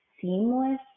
seamless